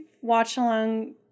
watch-along